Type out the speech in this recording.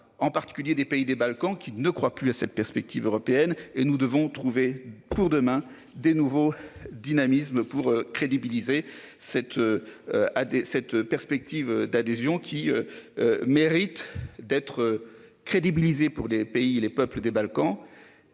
en particulier des pays des Balkans qui ne croit plus à cette perspective européenne et nous devons trouver pour demain des nouveaux dynamisme pour crédibiliser cette. À cette perspective d'adhésion qui. Mérite d'être crédibiliser pour les pays les peuples des Balkans